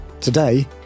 Today